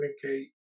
communicate